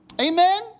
Amen